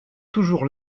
toujours